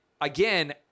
again